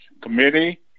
committee